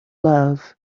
love